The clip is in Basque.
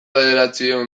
bederatziehun